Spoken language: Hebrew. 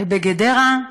בגדרה,